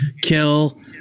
kill